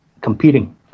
competing